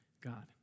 God